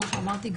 כמו שאמרתי,